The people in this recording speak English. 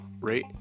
rate